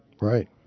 Right